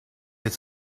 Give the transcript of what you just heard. its